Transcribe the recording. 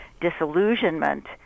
disillusionment